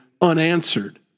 unanswered